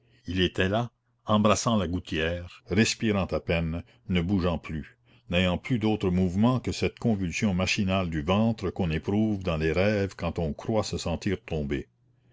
il était là embrassant la gouttière respirant à peine ne bougeant plus n'ayant plus d'autres mouvements que cette convulsion machinale du ventre qu'on éprouve dans les rêves quand on croit se sentir tomber